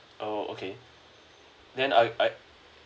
oh okay then I I